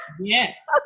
yes